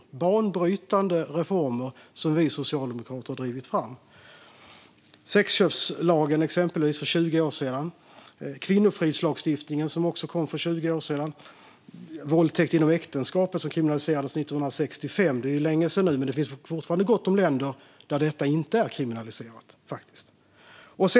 Det är banbrytande reformer som vi socialdemokrater har drivit fram. Det gäller exempelvis sexköpslagen för 20 år sedan och kvinnofridslagstiftningen som också kom för 20 år sedan. Våldtäkt inom äktenskapet kriminaliserades 1965. Det är nu länge sedan, men det finns fortfarande gott om länder där detta inte är kriminaliserat.